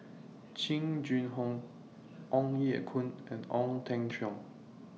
Jing Jun Hong Ong Ye Kung and Ong Teng Cheong